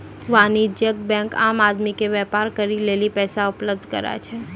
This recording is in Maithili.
वाणिज्यिक बेंक आम आदमी के व्यापार करे लेली पैसा उपलब्ध कराय छै